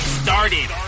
started